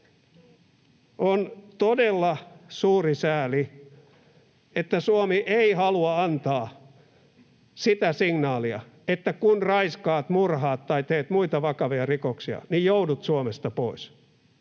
On todella suuri sääli, että Suomi ei halua antaa sitä signaalia, että kun raiskaat, murhaat tai teet muita vakavia rikoksia, niin joudut Suomesta pois.